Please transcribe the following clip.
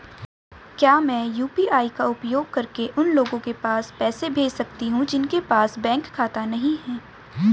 क्या मैं यू.पी.आई का उपयोग करके उन लोगों के पास पैसे भेज सकती हूँ जिनके पास बैंक खाता नहीं है?